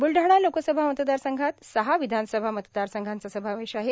ब्लढाणा लोकसभा मतदारसंघात सहा विधानसभा मतदारसंघांचा समावेश आहे